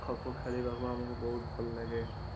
ଖୋଖୋ ଖେଳିବାକୁ ଆମକୁ ବହୁତ ଭଲ ଲାଗେ